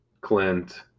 Clint